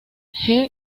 suite